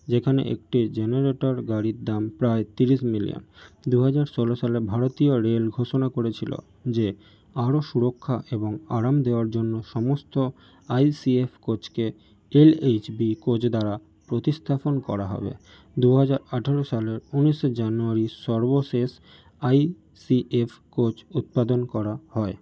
যেখানে একটি জেনারেটার গাড়ির দাম প্রায় তিরিশ মিলিয়ন দু হাজার ষোলো সালে ভারতীয় রেল ঘোষণা করেছিলো যে আরো সুরক্ষা এবং আরাম দেওয়ার জন্য সমস্ত আই সি এফ কোচকে এল এইচ বি কোচ দ্বারা প্রতিস্থাপন করা হবে দু হাজার আঠেরো সালের উনিশে জানুয়ারি সর্বশেষ আই সি এফ কোচ উৎপাদন করা হয়